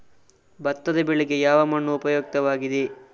ಭತ್ತದ ಬೆಳೆಗೆ ಯಾವ ಮಣ್ಣು ಉಪಯುಕ್ತವಾಗಿದೆ?